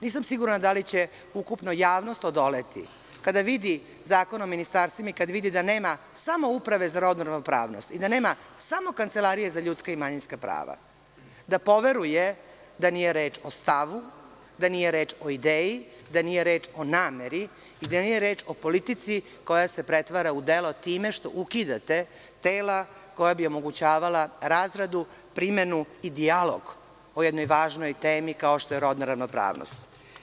Nisam sigurna da li će ukupna javnost odoleti, kada vidi Zakon o ministarstvima i kada vidi da nema samo Uprave za rodnu ravnopravnost i da nema samo Kancelarije za ljudska i manjinska prava, da poveruje da nije reč o stavu, da nije reč o ideji, da nije reč o nameri i da nije reč o politici koja se pretvara u delo time što ukidate tela koja bi omogućavala razradu, primenu i dijalog o jednoj važnoj temi kao što je rodna ravnopravnost.